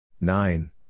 Nine